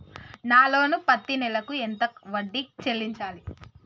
నా లోను పత్తి నెల కు ఎంత వడ్డీ చెల్లించాలి?